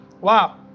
Wow